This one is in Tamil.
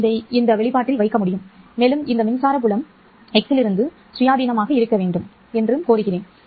நான் இதை இந்த வெளிப்பாட்டில் வைக்க முடியும் மேலும் இந்த மின்சார புலம் x இலிருந்து சுயாதீனமாக இருக்க வேண்டும் என்றும் கோருகிறேன்